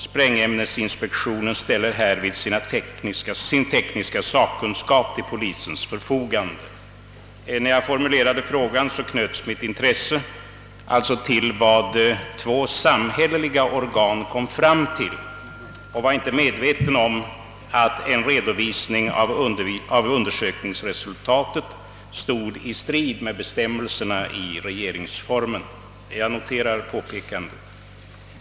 Sprängämnesinspektionen ställer härvid sin tekniska sakkunskap till polisens förfogande.» När jag formulerade den första frågan knöts mitt intresse till vad två samhälleliga organ kunnat konstatera, och jag var inte medveten om att en redovisning av undersök ningsresultatet stod i strid med bestämmelserna i regeringsformen. Jag noterar nu detta påpekande.